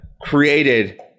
created